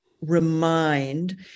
remind